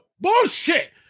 Bullshit